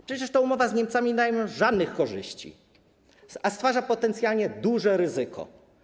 Przecież ta umowa z Niemcami nie daje nam żadnych korzyści, a stwarza potencjalnie duże ryzyko.